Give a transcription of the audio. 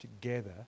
together